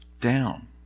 down